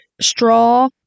Straw